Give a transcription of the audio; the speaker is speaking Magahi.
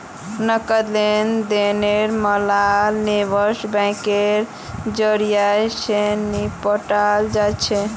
नकद लेन देनेर मामला निवेश बैंकेर जरियई, स निपटाल जा छेक